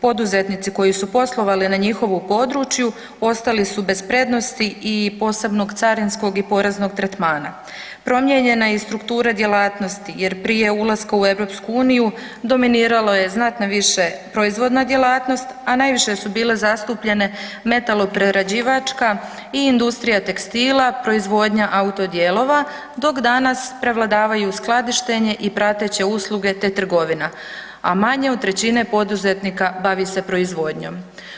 Poduzetnici koji su poslovali na njihovu području ostali su bez prednosti i posebnog carinskog i poreznog tretmana, promijenjena je i struktura djelatnosti jer prije ulaska u EU dominiralo je znatno više proizvodna djelatnost, a najviše su bile zastupljene metaloprerađivačka i industrija tekstila, proizvodnja auto-dijelova, dok danas prevladavaju skladištenje i prateće usluge te trgovina, a manje od trećine poduzetnika bavi se proizvodnjom.